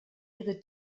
ihre